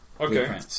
Okay